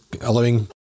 allowing